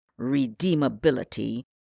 redeemability